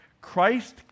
Christ